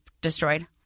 destroyed